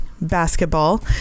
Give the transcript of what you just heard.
basketball